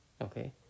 Okay